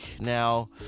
Now